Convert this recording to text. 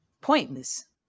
Pointless